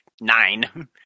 Nine